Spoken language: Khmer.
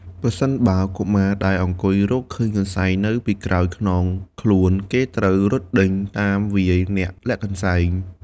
ប្រសិនបើកុមារដែលអង្គុយរកឃើញកន្សែងនៅពីក្រោយខ្នងខ្លួន គេត្រូវរត់ដេញតាមវាយអ្នកលាក់កន្សែង។